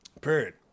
Period